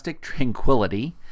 tranquility